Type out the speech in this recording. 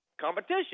competition